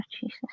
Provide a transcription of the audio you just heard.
Jesus